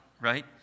right